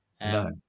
No